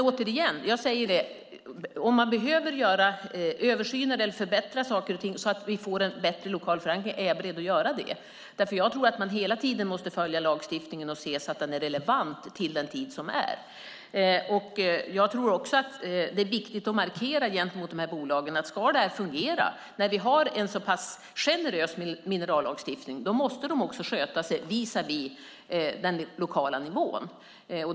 Återigen: Om man behöver göra översyner eller förbättra saker och ting så att vi får en bättre lokal förankring är jag beredd att göra det. Jag tror att man hela tiden måste följa lagstiftningen och se till att den är relevant vid varje tidpunkt. Jag tror också att det är viktigt att göra en markering gentemot bolagen. Om detta ska fungera när vi har en så pass generös minerallagstiftning måste de också sköta sig visavi den lokala nivån.